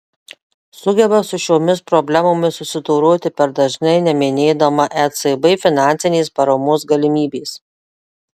sugeba su šiomis problemomis susidoroti per dažnai neminėdama ecb finansinės paramos galimybės